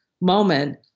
moment